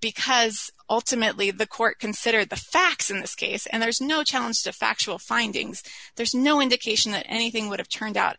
because ultimately the court considered the facts in this case and there's no challenge to factual findings there's no indication that anything would have turned out